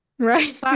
Right